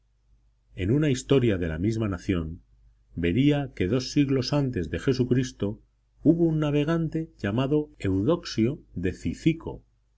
en una historia de la misma nación vería que dos siglos antes de jesucristo hubo un navegante llamado eudoxio de cyzico